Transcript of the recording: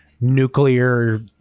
nuclear